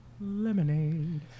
lemonade